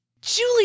julie